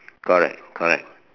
correct correct